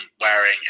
wearing